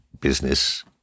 business